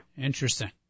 Interesting